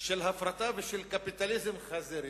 של הפרטה ושל קפיטליזם חזירי,